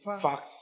facts